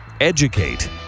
Educate